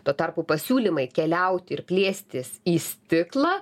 tuo tarpu pasiūlymai keliauti ir plėstis į stiklą